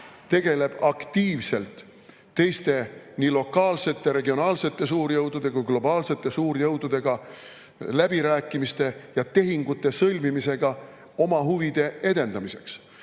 tegeleb aktiivselt teiste, nii lokaalsete ja regionaalsete jõududega kui ka globaalsete suurjõududega läbirääkimiste ja tehingute sõlmimisega oma huvide edendamiseks.